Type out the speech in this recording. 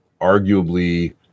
arguably